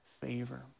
favor